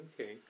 okay